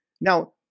Now